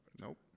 Nope